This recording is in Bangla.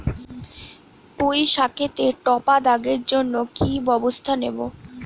পুই শাকেতে টপা দাগের জন্য কি ব্যবস্থা নেব?